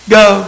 go